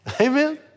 Amen